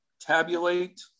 tabulate